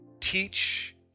Teach